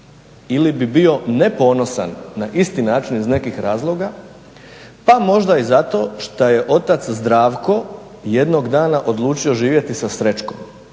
ili bi bio ne ponosan na isti način iz nekih razloga pa možda i zato šta je otac Zdravko jednog dana odlučio živjeti sa Srećkom.